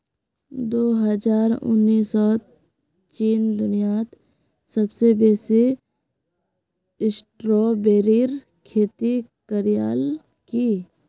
दो हजार उन्नीसत चीन दुनियात सबसे बेसी स्ट्रॉबेरीर खेती करयालकी